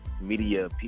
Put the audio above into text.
media